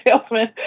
salesman